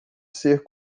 ser